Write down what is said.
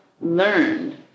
learned